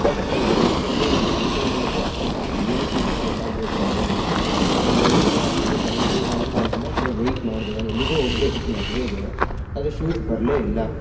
but ನಂಗೆ ಬಂದಿದ್ದು ಅದು ನಾನು ಕ್ಯಾನ್ಸಲ್ ಮಾಡೋಕ್ಕು ಆಗ್ತಿಲ್ಲ ಅದು ಏನಕ್ಕೆ ಅಂತ ಗೊತ್ತಾಗದೆ ಸರ್ವರಿಂದ ಇನ್ನೊಂದು ಎರಡು ದಿನ ಆದ ಮೇಲೆ ಕ್ಯಾನ್ಸಲ್ ಮಾಡೋಕ್ಕು ಆಗಲಿಲ್ಲ ಸೊ ವೈಟ್ ಮಾಡಿದೆ ನಾನು ಎಲ್ಲಿಗೋ ಹೋಗ್ಬೇಕಿತ್ತು ಮದುವೆಗೆ ಆದರೆ ಶೂಸ್ ಬರಲೇ ಇಲ್ಲ